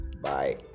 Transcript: bye